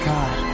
God